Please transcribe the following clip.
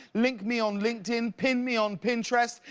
link me on linked in, pin me on pinterest,